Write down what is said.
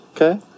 Okay